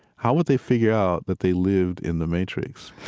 how would they figure out that they lived in the matrix?